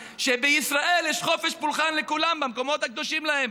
שבישראל יש חופש פולחן לכולם במקומות הקדושים להם.